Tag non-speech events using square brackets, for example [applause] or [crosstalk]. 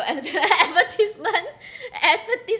uh [laughs] advertisement advertisement